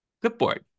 clipboard